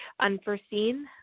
unforeseen